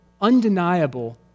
undeniable